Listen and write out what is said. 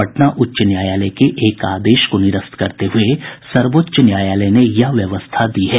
पटना उच्च न्यायालय के एक आदेश को निरस्त करते हुये सर्वोच्च न्यायालय ने यह व्यवस्था दी है